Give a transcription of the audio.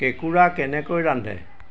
কেঁকোৰা কেনেকৈ ৰান্ধে